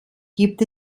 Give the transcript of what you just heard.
gibt